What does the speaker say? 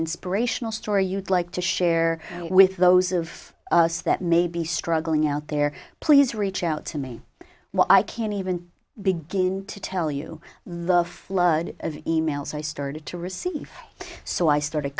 inspirational story you'd like to share with those of us that may be struggling out there please reach out to me what i can't even begin to tell you the flood of e mails i started to receive so i started